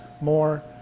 more